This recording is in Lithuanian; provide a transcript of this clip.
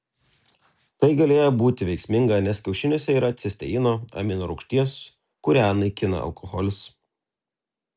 tai galėjo būti veiksminga nes kiaušiniuose yra cisteino amino rūgšties kurią naikina alkoholis